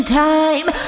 time